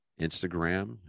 Instagram